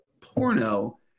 porno